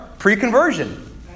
Pre-conversion